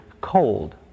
cold